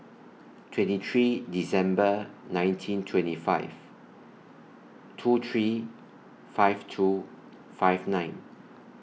twenty three December nineteen twenty five two three five two five nine